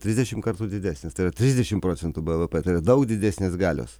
trisdešim kartų didesnis tai yra trisdešim procentų bvp tai yra daug didesnės galios